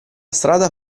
strada